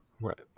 Right